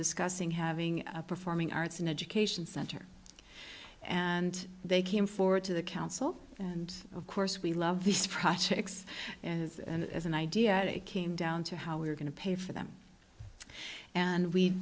discussing having a performing arts and education center and they came forward to the council and of course we love these projects as an idea that it came down to how we are going to pay for them and we